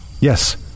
yes